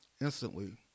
instantly